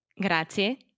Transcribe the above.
Grazie